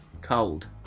cold